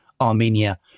Armenia